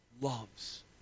loves